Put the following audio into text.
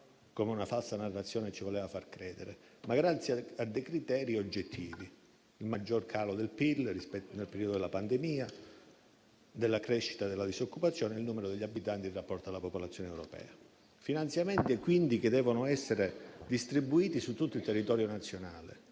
come una falsa narrazione ci voleva far credere - ma grazie a criteri oggettivi: il maggior calo del PIL nel periodo della pandemia, la crescita della disoccupazione, il numero degli abitanti in rapporto alla popolazione europea; finanziamenti, quindi, che devono essere distribuiti su tutto il territorio nazionale,